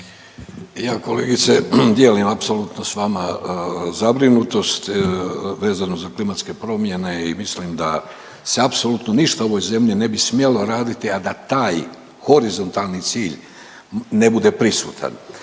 Ja kolegice dijelim apsolutno s vama zabrinutost vezano za klimatske promjene i mislim da se apsolutno ništa u ovoj zemlji ne bi smjelo raditi, a da taj horizontalni cilj ne bude prisutan.